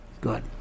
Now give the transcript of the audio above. Good